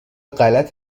غلط